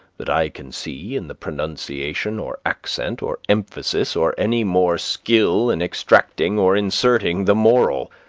that i can see, in the pronunciation, or accent, or emphasis, or any more skill in extracting or inserting the moral.